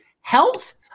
health